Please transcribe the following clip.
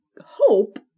hope